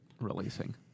releasing